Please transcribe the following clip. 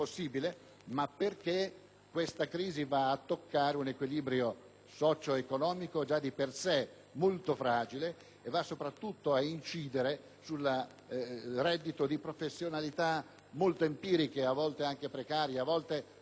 essa va a toccare un equilibrio socio-economico già di per sé molto fragile. Soprattutto, questa crisi va ad incidere sul reddito di professionalità molto empiriche, a volte anche precarie e multifunzionali;